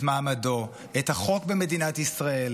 את מעמדו, את החוק במדינת ישראל